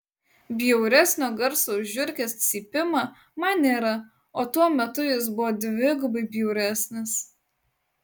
bjauresnio garso už žiurkės cypimą man nėra o tuo metu jis buvo dvigubai bjauresnis